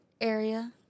area